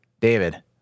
David